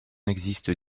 existe